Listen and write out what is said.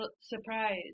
surprise